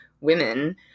women